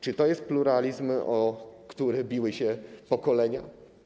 Czy to jest pluralizm, o który biły się pokolenia?